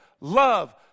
love